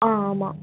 ஆ ஆமாம்